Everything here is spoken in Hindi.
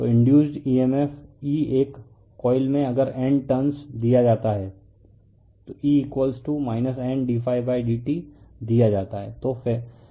तो इंडयुसड emf E एक कॉइल में अगर N टर्नस दिया जाता है E Ndt दिया जाता है